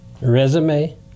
resume